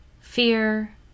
Fear